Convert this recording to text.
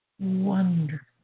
wonderful